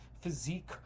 physique